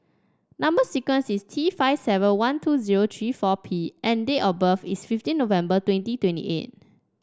number sequence is T five seven one two zero three four P and date of birth is fifteen November twenty twenty eight